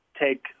take